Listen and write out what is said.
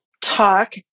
talk